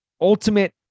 ultimate